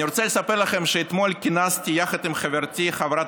אני רוצה לספר לכם שאתמול כינסתי יחד עם חברתי חברת